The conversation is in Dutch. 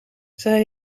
zij